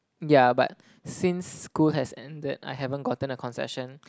yeah but since school has ended I haven't gotten a concession